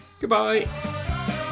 Goodbye